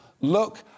look